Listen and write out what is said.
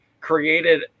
created